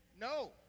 no